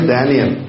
Daniel